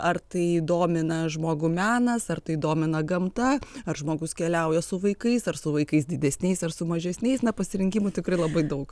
ar tai domina žmogų menas ar tai domina gamta ar žmogus keliauja su vaikais ar su vaikais didesniais ar su mažesniais na pasirinkimų tikrai labai daug